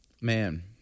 Man